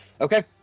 Okay